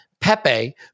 Pepe